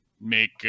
make